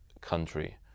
country